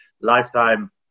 lifetime